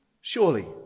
surely